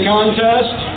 Contest